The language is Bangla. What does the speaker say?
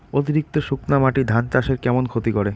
অতিরিক্ত শুকনা মাটি ধান চাষের কেমন ক্ষতি করে?